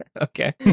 Okay